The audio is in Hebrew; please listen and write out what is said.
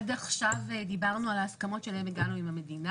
עד עכשיו דיברנו על ההסכמות שאליהן הגענו עם המדינה.